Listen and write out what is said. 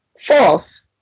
False